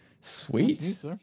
Sweet